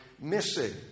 missing